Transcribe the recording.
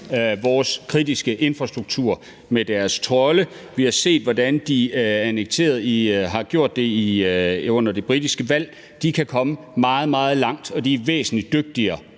vores kritiske infrastruktur med deres trolde – vi har set, hvordan de har gjort det under det britiske valg – så kan de komme meget, meget langt, og de er væsentlig dygtigere